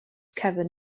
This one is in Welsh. cefn